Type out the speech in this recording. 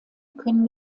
können